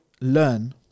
learn